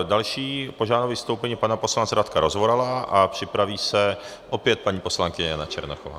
Dále požádám o vystoupení paní poslance Radka Rozvorala a připraví se opět paní poslankyně Jana Černochová.